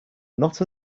not